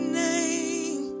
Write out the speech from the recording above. name